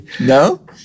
No